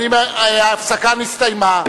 ההפסקה נסתיימה.